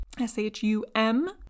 S-H-U-M